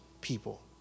people